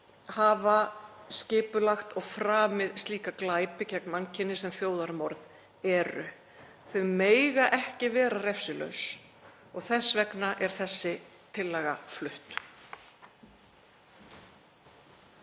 hafa skipulagt og framið slíka glæpi gegn mannkyni sem þjóðarmorð eru. Þau mega ekki vera refsilaus og þess vegna er þessi tillaga flutt.